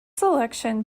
selection